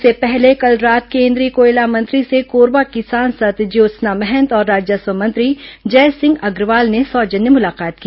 इससे पहले कल रात केंद्रीय कोयला मंत्री से कोरबा की सांसद ज्योत्सना महंत और राजस्व मंत्री जयसिंग अग्रवाल ने सौजन्य मुलाकात की